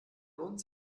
lohnt